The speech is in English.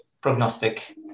prognostic